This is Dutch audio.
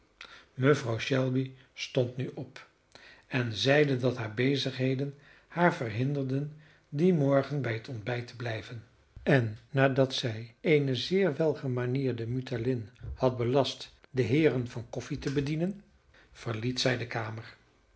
mevrouw shelby stond nu op en zeide dat hare bezigheden haar verhinderden dien morgen bij het ontbijt te blijven en nadat zij eene zeer welgemanierde mulattin had belast de heeren van koffie te bedienen verliet zij de kamer